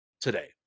today